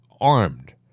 armed